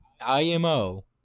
IMO